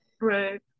right